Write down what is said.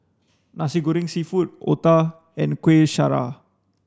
Nasi Goreng seafood Otah and Kuih Syara